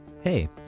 Hey